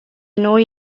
noi